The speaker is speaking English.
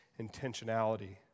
intentionality